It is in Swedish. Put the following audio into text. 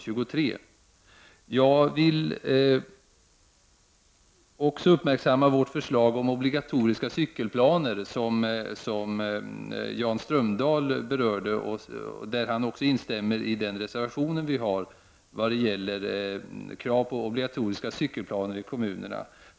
Jag vill också fästa uppmärksamheten på vårt förslag om obligatoriska Under tre decennier har man utrett och föreslagit törändringar av lagstift ningen kring planering och byggande. Före denna lag hade vi en byggnadsgen Rn Vä SRA nd fee Ka ON la oe an FEL Re cykelplaner, som Jan Strömdahl berörde. Han instämde i vårt krav på obligatoriska cykelplaner ute i kommunerna.